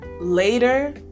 later